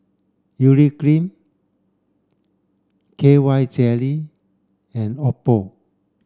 urea cream K Y jelly and Oppo